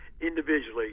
individually